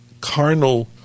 carnal